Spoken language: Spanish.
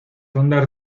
ondas